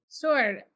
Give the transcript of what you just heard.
Sure